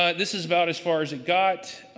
ah this is about as far as it got.